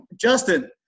Justin